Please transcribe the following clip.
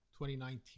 2019